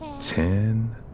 ten